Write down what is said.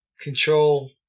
control